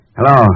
Hello